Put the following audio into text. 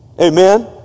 Amen